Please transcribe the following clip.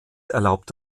erlaubt